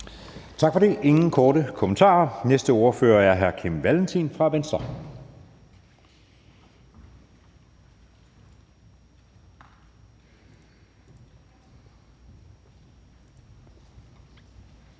Tak for det. Der er ingen korte bemærkninger. Den næste ordfører er hr. Kim Valentin fra Venstre.